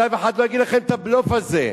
שאף אחד לא יגיד לכם את הבלוף הזה,